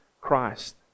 Christ